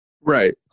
Right